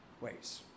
ways